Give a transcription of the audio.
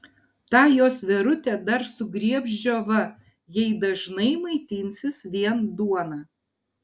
tą jos verutę dar sugriebs džiova jei dažnai maitinsis vien duona